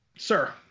Sir